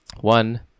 One